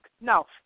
No